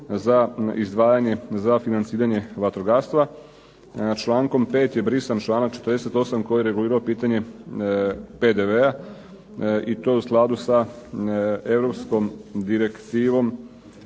za izdvajanje, za financiranje vatrogastva. Člankom 5. je brisan članak 48. koji regulira pitanje PDV-a i to je u skladu sa Europskom direktivom